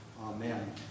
Amen